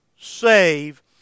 save